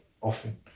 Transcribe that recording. often